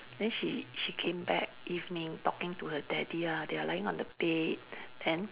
then she she came back evening talking to her daddy lah they are lying on the bed then